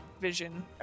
vision